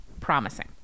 promising